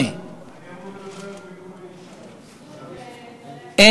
הצעות לסדר-היום מס' 2236,